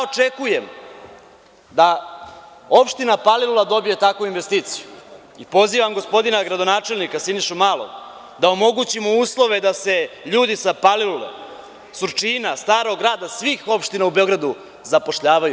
Očekujem da opština Palilula dobije takvu investiciju, i pozivam gospodina gradonačelnika, Sinišu Malog, da omogućimo uslove da se ljudi sa Palilule, Surčina, Starog Grada, svih opština u Beogradu, zapošljavaju.